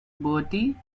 bertie